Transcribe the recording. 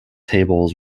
tables